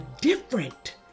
different